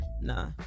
Nah